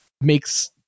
makes